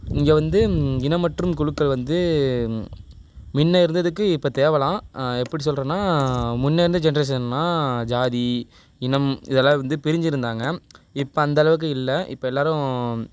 இங்கே வந்து இனம் மற்றும் குழுக்கள் வந்து முன்ன இருந்ததுக்கு இப்போ தேவலாம் எப்படி சொல்லுறன்னா முன்னே இருந்த ஜெனரேஷன்னா ஜாதி இனம் இதெல்லாம் வந்து பிரிஞ்சு இருந்தாங்க இப்போ அந்த அளவுக்கு இல்லை இப்போ எல்லாரும்